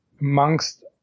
Amongst